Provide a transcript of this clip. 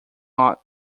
lot